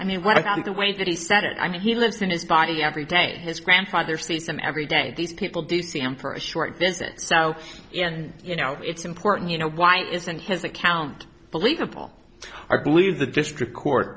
i mean what about the way that he said it i mean he lives in his body every day his grandfather say some every day these people do see him for a short visit so and you know it's important you know why isn't his account believable or believe the district court